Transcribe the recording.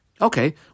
Okay